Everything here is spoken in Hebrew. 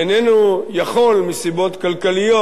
איננו יכול מסיבות כלכליות,